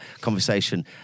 conversation